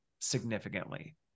significantly